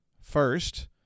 First